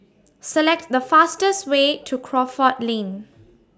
Select The fastest Way to Crawford Lane